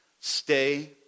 Stay